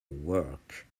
work